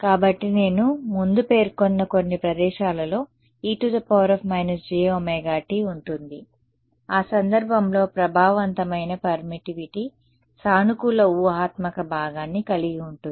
కాబట్టి నేను ముందు పేర్కొన్న కొన్ని ప్రదేశాలలో e jωt ఉంటుంది ఆ సందర్భంలో ప్రభావవంతమైన పర్మిటివిటీ సానుకూల ఊహాత్మక భాగాన్ని కలిగి ఉంటుంది